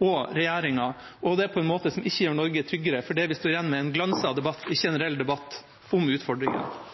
og regjeringa, og det på en måte som ikke gjør Norge tryggere, for det vi står igjen med, er en glanset debatt, ikke en reell debatt om utfordringene.